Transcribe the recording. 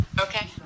okay